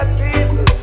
people